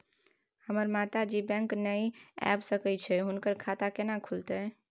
हमर माता जी बैंक नय ऐब सकै छै हुनकर खाता केना खूलतै?